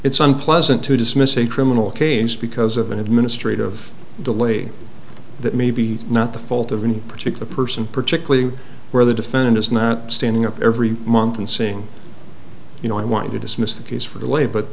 it's unpleasant to dismiss a criminal case because of an administrator of delay that may be not the fault of any particular person particularly where the defendant is not standing up every month and saying you know i want to dismiss the case for the way but